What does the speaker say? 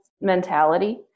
mentality